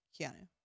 Keanu